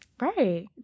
Right